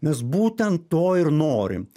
nes būtent to ir norim